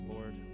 Lord